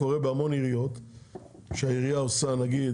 זה קורה בהמון עיריות שהעירייה עושה נגיד